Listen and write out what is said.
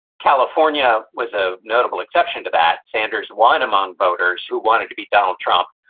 california was a notable exception to that. sanders won among voters who wanted to beat donald trump,